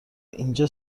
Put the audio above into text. اینجا